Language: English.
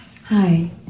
Hi